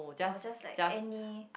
or just like any